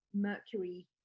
mercury